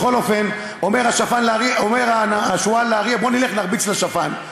בכל אופן, אומר השועל לאריה: בוא נלך נרביץ לשפן.